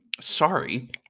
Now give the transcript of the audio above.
Sorry